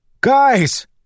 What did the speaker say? Guys